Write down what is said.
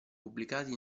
pubblicati